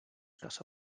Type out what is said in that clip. casa